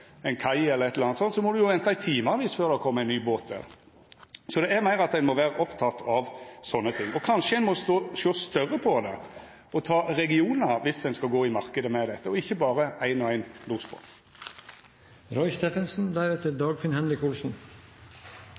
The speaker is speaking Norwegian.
ein venta i timevis før det kjem ein ny båt. Så ein må vera oppteken av sånne ting. Kanskje må ein sjå større på det og ta regionar viss ein skal gå til marknaden med dette, og ikkje berre ein og ein